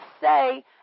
say